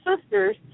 sisters